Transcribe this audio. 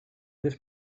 this